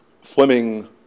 Fleming